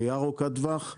ראייה ארוכת טווח לאפשר אותה.